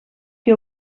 que